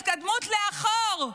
התקדמות לאחור.